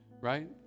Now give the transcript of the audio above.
right